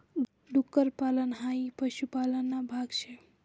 डुक्कर पालन हाई पशुपालन ना भाग शे